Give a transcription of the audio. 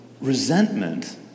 Resentment